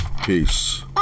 Peace